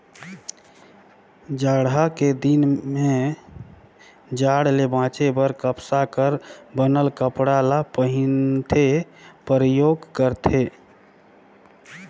जड़हा के दिन में जाड़ ले बांचे बर कपसा कर बनल कपड़ा ल पहिनथे, परयोग करथे